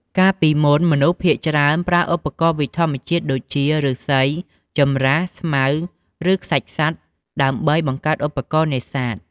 កាលពីមុន មនុស្សភាគច្រើនប្រើឧបករណ៍ពីធាតុធម្មជាតិ ដូចជា ឬស្សី ចម្រាស់ ស្មៅ ឬខ្សាច់សត្វ ដើម្បីបង្កើតឧបករណ៍នេសាទ។